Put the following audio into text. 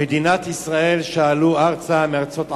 מדינת ישראל שעלו ארצה מארצות ערב,